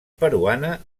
peruana